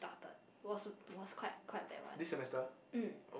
started was was quite quite bad [one] mm